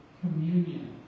communion